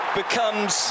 becomes